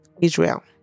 Israel